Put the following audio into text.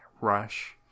rush